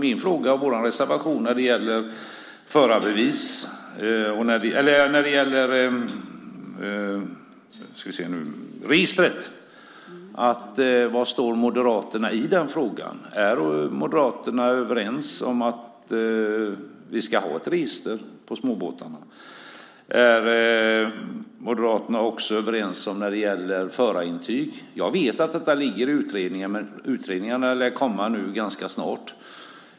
Var står Moderaterna i fråga om registret? Är Moderaterna överens om att vi ska ha ett register över småbåtarna? Är Moderaterna överens när det gäller förarintyg? Jag vet att detta ligger i utredningen. Den lär komma ganska snart.